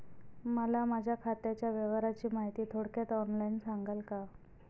मला माझ्या खात्याच्या व्यवहाराची माहिती थोडक्यात ऑनलाईन सांगाल का?